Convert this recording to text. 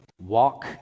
walk